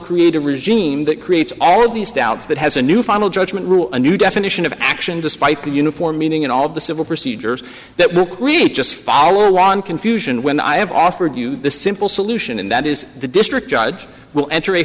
create a regime that creates all these doubts that has a new final judgment rule a new definition of action despite the uniform meaning in all of the civil procedures that will create just follow on confusion when i have offered you the simple solution and that is the district judge will enter a